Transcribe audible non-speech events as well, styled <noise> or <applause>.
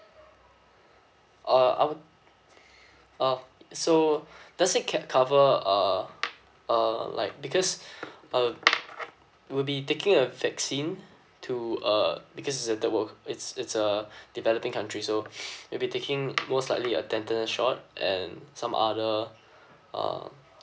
uh I'd <breath> uh so <breath> does it co~ cover uh uh like because <breath> uh we'll be taking a vaccine to uh because it's a third world it's it's a <breath> developing country so <breath> we'll be taking most likely a tetanus shot and some other uh